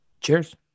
Cheers